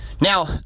Now